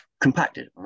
compacted